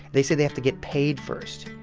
they say they have to get paid first.